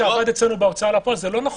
שעבד אצלנו בהוצאה לפועל זה לא נכון.